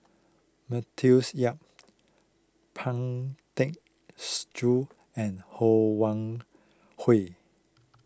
Matthews Yap Pang Tecks Joon and Ho Wan Hui